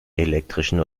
elektrischen